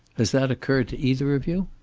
has that occurred to either of you?